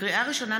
לקריאה ראשונה,